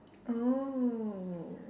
oh